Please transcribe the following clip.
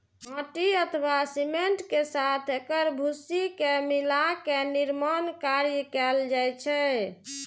माटि अथवा सीमेंट के साथ एकर भूसी के मिलाके निर्माण कार्य कैल जाइ छै